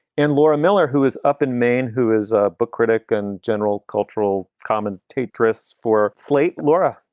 and laura miller, who is up in maine, who is a book critic and general cultural commentator, dris for slate. laura,